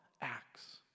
acts